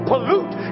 pollute